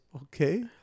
Okay